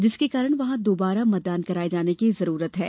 जिसके कारण वहां दोबारा मतदान कराये जाने की जरूरत है